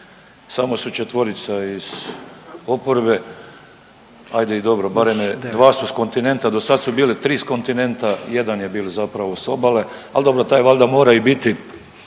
samo su četvorica iz oporbe, ajde i dobro barem je dva s kontinenta do sad su bili tri s kontinenta jedan je bil zapravo s obale, al dobro taj valjda mora i biti